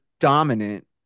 Dominant